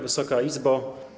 Wysoka Izbo!